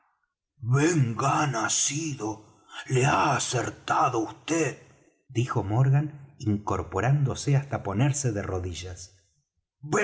sido le ha acertado vd dijo morgan incorporándose hasta ponerse de rodillas